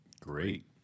Great